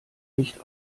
nicht